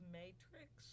matrix